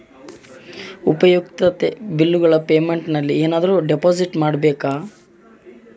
ಉಪಯುಕ್ತತೆ ಬಿಲ್ಲುಗಳ ಪೇಮೆಂಟ್ ನಲ್ಲಿ ಏನಾದರೂ ಡಿಪಾಸಿಟ್ ಮಾಡಬೇಕಾ?